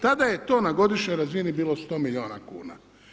Tada je to na godišnjoj razini bilo 100 milijuna kuna.